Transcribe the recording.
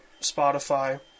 Spotify